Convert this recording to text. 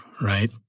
right